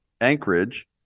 Anchorage